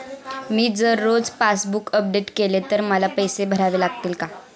मी जर रोज passbook update केले तर मला पैसे भरावे लागतील का?